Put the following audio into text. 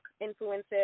influences